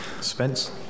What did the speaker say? Spence